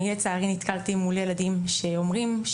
אני לצערי נתקלתי מול ילדים שאומרים,